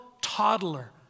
toddler